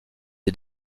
est